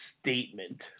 Statement